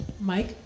Mike